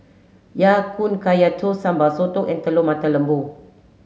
Ya Kun Kaya Toast Sambal Sotong and Telur Mata Lembu